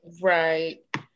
right